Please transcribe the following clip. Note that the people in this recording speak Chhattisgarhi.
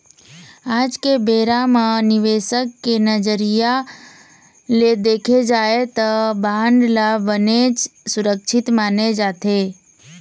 आज के बेरा म निवेसक के नजरिया ले देखे जाय त बांड ल बनेच सुरक्छित माने जाथे